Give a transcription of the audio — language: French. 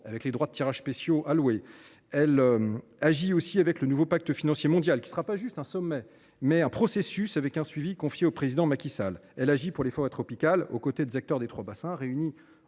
de droits de tirage spéciaux. Elle agit aussi pour un nouveau pacte financier mondial, qui ne sera pas juste un sommet, mais qui sera bien un processus avec un suivi, confié au président Macky Sall. Elle agit pour les forêts tropicales aux côtés des acteurs des trois bassins, réunis en